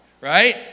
right